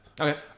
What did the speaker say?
Okay